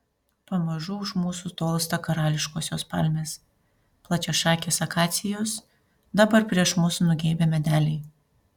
pamažu už mūsų tolsta karališkosios palmės plačiašakės akacijos dabar prieš mus nugeibę medeliai